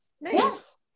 Nice